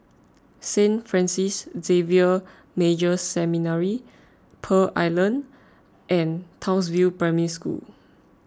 Saint Francis Xavier Major Seminary Pearl Island and Townsville Primary School